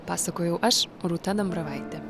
pasakojau aš rūta dambravaitė